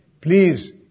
Please